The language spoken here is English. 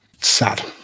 sad